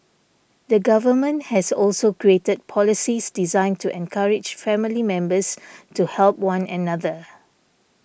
the government has also created policies designed to encourage family members to help one another